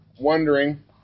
wondering